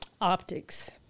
optics